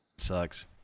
sucks